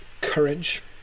Courage